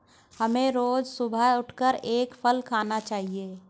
हमें रोज सुबह उठकर एक फल खाना चाहिए